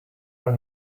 are